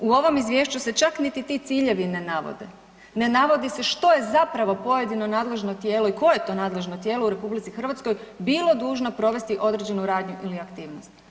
U ovom izvješću se čak niti ti ciljevi ne navode, ne navodi se što je zapravo pojedino nadležno tijelo i koje je to nadležno tijelo u RH bilo dužno provesti određenu radnju ili aktivnost.